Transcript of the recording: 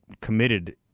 committed